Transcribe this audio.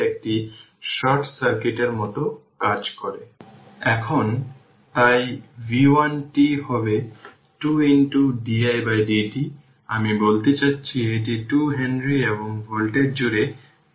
সুতরাং একই রেজিস্টর খুঁজে বের করার জন্য সিরিজে 3 হেনরি এবং তারপর 2 হেনরি থাকতে হবে সিরিজের প্যারালাল কম্বিনেশনটি ইনডাক্টর কেসের জন্য করেছে তা একই এবং তারপর এই 2 হেনরি সেখানে রয়েছে